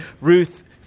Ruth